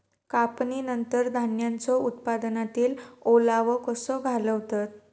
कापणीनंतर धान्यांचो उत्पादनातील ओलावो कसो घालवतत?